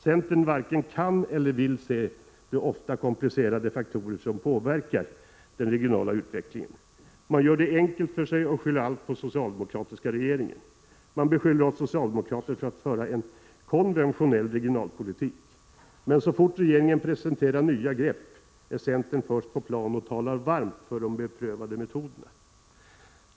Centern varken kan eller vill se de ofta komplicerade faktorer som påverkar den regionala utvecklingen. Man gör det enkelt för sig och skyller allt på den socialdemokratiska regeringen. Man beskyller oss socialdemokrater för att föra en konventionell regionalpolitik. Men så fort regeringen presenterar nya grepp är centern först på plan och talar varmt för de beprövade metoderna.